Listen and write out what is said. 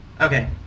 Okay